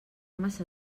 massa